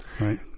Right